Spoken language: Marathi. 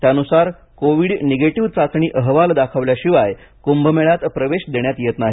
त्यानुसार कोविड निगेटिव्ह चाचणी अहवाल दाखवल्याशिवाय कुंभमेळ्यात प्रवेश देण्यात येत नाही